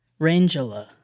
Rangela